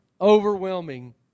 overwhelming